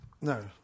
No